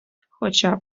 хоча